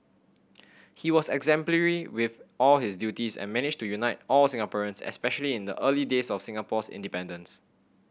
he was exemplary with all his duties and managed to unite all Singaporeans especially in the early days of Singapore's independence